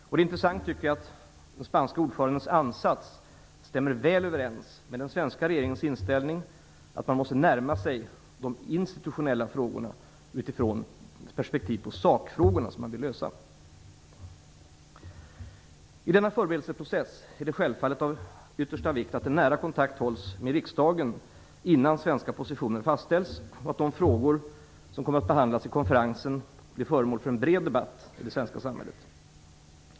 Det är intressant att den spanska ordförandens ansats stämmer väl överens med den svenska regeringens inställning att man måste närma sig de institutionella frågorna utifrån de sakfrågor man vill lösa. I denna förberedelseprocess är det självfallet av yttersta vikt att en nära kontakt hålls med riksdagen innan svenska positioner fastställs och att de frågor som kommer att behandlas i konferensen blir föremål för en bred debatt i det svenska samhället.